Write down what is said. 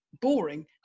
boring